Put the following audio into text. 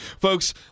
Folks